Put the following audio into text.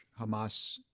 Hamas